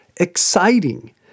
exciting